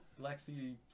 Lexi